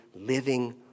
living